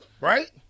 right